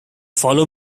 follow